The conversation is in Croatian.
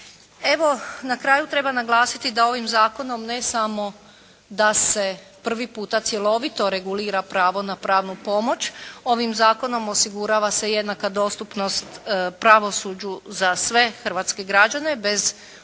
Evo na kraju treba naglasiti da ovim zakonom ne samo da se prvi puta cjelovito regulira pravo na pravnu pomoć. Ovim zakonom osigurava se jednaka dostupnost pravosuđu za sve hrvatske građane, bez obzira na